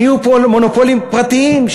נהיו פה מונופולים פרטיים,